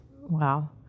Wow